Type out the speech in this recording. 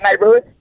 neighborhood